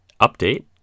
Update